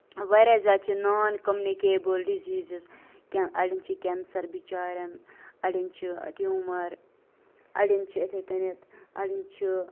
واریاہ زیادٕ چھِ نان کوٚمنِکیبُل ڈِزیٖزٕز کیٚنٛہہ اَڈین چھِ کینسر بِچاریَن اَڈیَن چھُ ٹِوٗمَر اَڈیَن چھُ یِتھٕے کَنۍ اَڈیَن چھُ